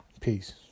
Peace